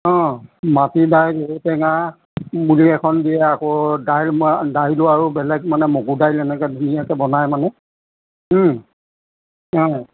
অ মাটি দাইল ঔটেঙা বুলি এখন দিয়ে আকৌ দাইল মা দাইল আৰু বেলেগ মানে মগু দাইল এনেকৈ ধুনীয়াকৈ বনাই মানে অ